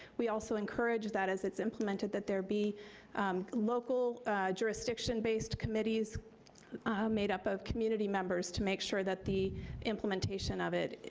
we also encourage that as its implemented that there be local jurisdiction based committees made up of community members to make sure that the implementation of it,